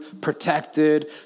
protected